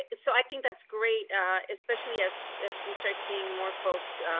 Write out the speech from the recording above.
ah so i think that's great especially as as we start seeing more folks